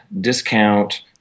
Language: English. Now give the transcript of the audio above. discount